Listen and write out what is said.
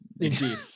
Indeed